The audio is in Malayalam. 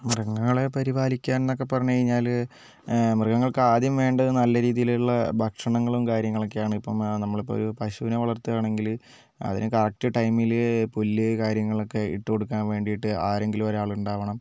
മൃഗങ്ങളെ പരിപാലിക്കാൻ എന്നൊക്കെ പറഞുകഴിഞ്ഞാൽ മൃഗങ്ങൾക്ക് ആദ്യം വേണ്ടത് നല്ല രീതിയിലുള്ള ഭക്ഷണങ്ങളും കാര്യങ്ങളും ഒക്കെയാണ് ഇപ്പം നമ്മളിപ്പോൾ ഒരു പശുവിനെ വളർത്തുകയാണെങ്കിൽ അതിന് കറക്റ്റ് ടൈമിൽ പുല്ല് കാര്യങ്ങളൊക്കെ ഇട്ടുകൊടുക്കാൻ വേണ്ടിയിട്ട് ആരെങ്കിലും ഒരാൾ ഉണ്ടാവണം